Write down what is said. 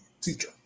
teacher